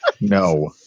No